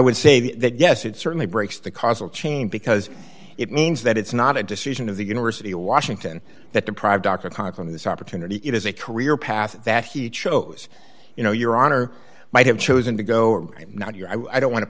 would say that yes it certainly breaks the causal chain because it means that it's not a decision of the university of washington that deprived dr conklin this opportunity it is a career path that he chose you know your honor might have chosen to go or not your i don't want to